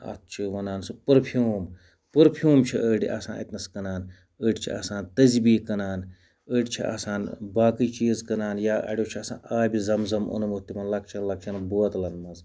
اَتھ چھِ وَنان سُہ پٔرفیوٗم پٔرفیوٗم چھِ أڑۍ آسان اَتہِ نَس کٕنان أڑۍ چھِ آسان تسبیٖح کٕنان أڑۍ چھِ آسان باقٕے چیٖز کٕنان یا اَڑیو چھِ آسان آبِ زَم زَم اوٚنمُت تِمَن لۄکچَن لۄکچَن بوتلَن منٛز